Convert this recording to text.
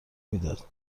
میداد